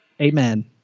amen